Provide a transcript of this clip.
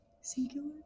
Singular